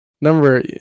Number